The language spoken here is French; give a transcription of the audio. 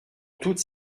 toutes